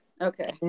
Okay